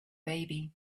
baby